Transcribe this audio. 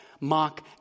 mock